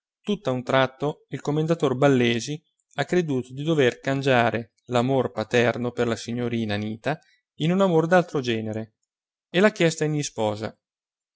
perché tutt'a un tratto il commendator ballesi ha creduto di dover cangiare l'amor paterno per la signorina anita in un amore d'altro genere e l'ha chiesta in isposa